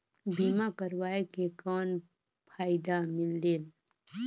बीमा करवाय के कौन फाइदा मिलेल?